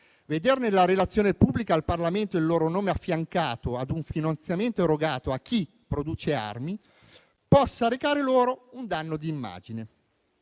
vedere nella relazione pubblica al Parlamento il loro nome affiancato a un finanziamento erogato a chi produce armi possa recare loro un danno di immagine.